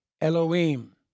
Elohim